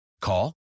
Call